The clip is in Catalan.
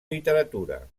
literatura